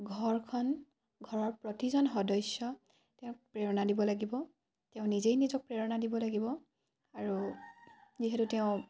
ঘৰখন ঘৰৰ প্ৰতিজন সদস্য তেওঁক প্ৰেৰণা দিব লাগিব তেওঁ নিজেই নিজক প্ৰেৰণা দিব লাগিব আৰু যিহেতু তেওঁ